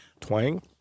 Twang